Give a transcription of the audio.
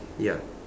ya